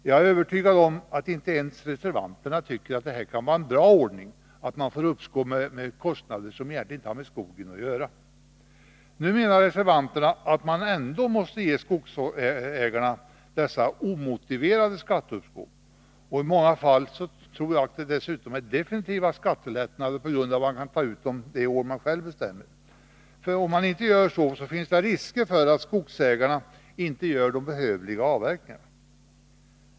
Jag är övertygad om att inte ens reservanterna tycker att det kan vara en bra ordning att man får uppskov med kostnader som egentligen inte har med skogen att göra. Nu menar reservanterna att man ändå måste ge skogsägarna dessa omotiverade skatteuppskov och i många fall definitiva skattelättnader, eftersom det annars finns risker för att skogsägarna inte gör behövliga avverkningar.